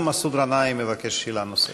גם מסעוד גנאים מבקש שאלה נוספת.